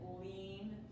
lean